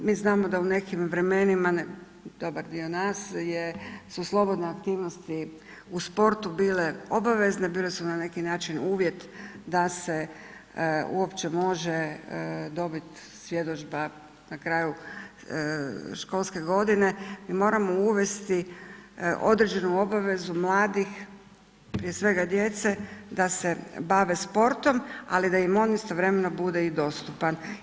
Mi znamo da u nekim vremenima dobar dio nas je su slobodne aktivnosti u sportu bile obavezne, bile su na neki način uvjet da se uopće može dobiti svjedodžba na kraju školske godine, mi moramo uvesti određenu obavezu mladih, prije svega djece da se bave sportom, ali da im on istovremeno bude i dostupan.